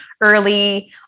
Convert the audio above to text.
early